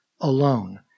alone